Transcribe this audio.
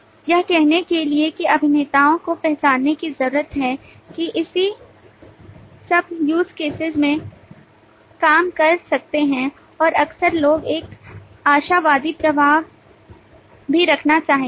यह कहने के लिए कि अभिनेताओं को पहचानने की जरूरत है कि सभी इस use cases में काम कर सकते हैं और अक्सर लोग एक आशावादी प्रवाह भी रखना चाहेंगे